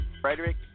Frederick